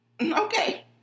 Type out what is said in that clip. okay